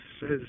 says